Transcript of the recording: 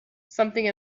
something